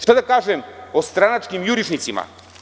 Šta da kažem o stranačkim jurišnicima?